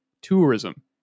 tourism